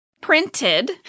printed